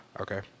okay